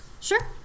Sure